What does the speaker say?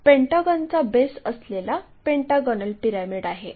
पेंटागॉनचा base असलेला pentagonal pyramid आहे